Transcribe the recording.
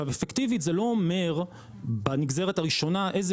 אפקטיבית זה לא אומר בנגזרת הראשונה איזה